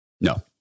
No